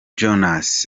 jones